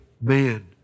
man